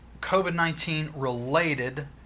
COVID-19-related